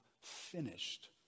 finished